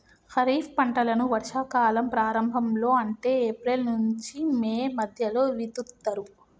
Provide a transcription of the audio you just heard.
ఖరీఫ్ పంటలను వర్షా కాలం ప్రారంభం లో అంటే ఏప్రిల్ నుంచి మే మధ్యలో విత్తుతరు